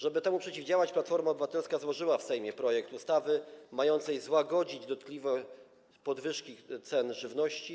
Żeby temu przeciwdziałać, Platforma Obywatelska złożyła w Sejmie projekt ustawy mającej złagodzić skutki dotkliwej podwyżki cen żywności.